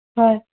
হয়